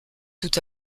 tout